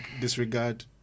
disregard